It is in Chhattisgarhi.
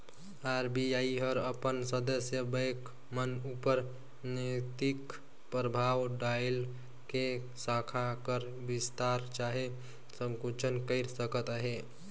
आर.बी.आई हर अपन सदस्य बेंक मन उपर नैतिक परभाव डाएल के साखा कर बिस्तार चहे संकुचन कइर सकत अहे